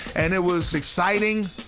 and it was exciting,